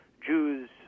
Jews